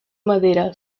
madera